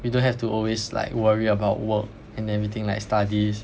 you don't have to always like worry about work and everything like studies